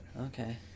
okay